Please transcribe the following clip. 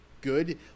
good